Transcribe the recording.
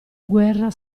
guerra